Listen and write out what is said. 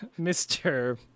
Mr